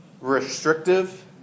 restrictive